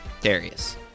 Darius